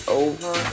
over